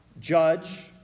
judge